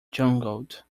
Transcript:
jangled